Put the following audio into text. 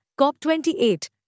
COP28